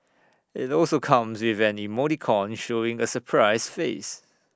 IT also comes with an emoticon showing A surprised face